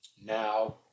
now